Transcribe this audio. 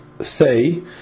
say